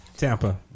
Tampa